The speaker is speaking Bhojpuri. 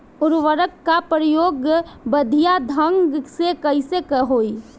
उर्वरक क प्रयोग बढ़िया ढंग से कईसे होई?